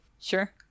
Sure